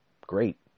great